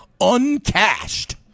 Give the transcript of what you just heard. uncashed